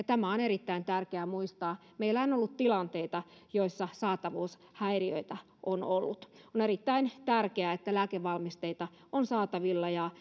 tämä on erittäin tärkeää muistaa meillä on ollut tilanteita joissa saatavuushäiriöitä on ollut on erittäin tärkeää että lääkevalmisteita on saatavilla ja